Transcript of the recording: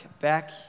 back